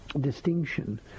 distinction